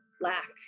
lack